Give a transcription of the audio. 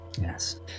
Yes